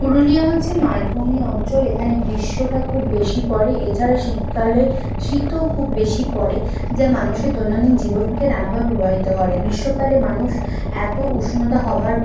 পুরুলিয়া হচ্ছে মালভূমি অঞ্চল এখানে গ্রীষ্মটা খুব বেশি পড়ে এছাড়া শীতকালে শীতও খুব বেশি পড়ে যা মানুষের দৈনন্দিন জীবনকে নানাভাবে প্রভাবিত করে গ্রীষ্মকালে মানুষ এত উষ্ণতা হওয়ার